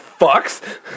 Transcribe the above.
fucks